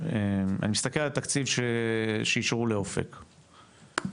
אני מסתכל על התקציב שאישרו לאופק,